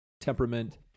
temperament